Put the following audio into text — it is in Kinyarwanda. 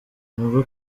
n’ubwo